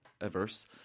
averse